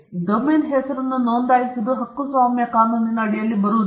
domain ಹೆಸರನ್ನು ನೋಂದಾಯಿಸುವುದು ಹಕ್ಕುಸ್ವಾಮ್ಯ ಕಾನೂನಿನಡಿಯಲ್ಲಿ ಬರುವುದಿಲ್ಲ